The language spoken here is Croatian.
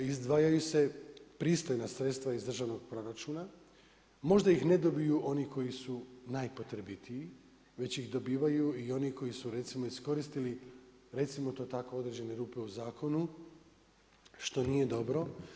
Izdvajaju se pristojna sredstva iz državnog proračuna, možda ih ne dobiju oni koji su najpotrebitiji već ih dobivaju i oni koji su recimo iskoristili, recimo to tako određene rupe u zakonu što nije dobro.